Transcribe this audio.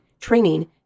training